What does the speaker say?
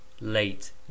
Late